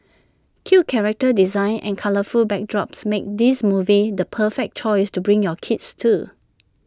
cute character designs and colourful backdrops make this movie the perfect choice to bring your kids to